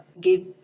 give